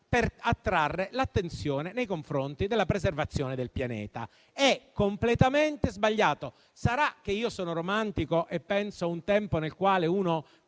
per attirare l'attenzione nei confronti della preservazione del pianeta. È completamente sbagliato. Sarà che io sono romantico e penso a un tempo nel quale si